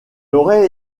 aurait